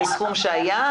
לעניין מה שעלה להצעה לסדר,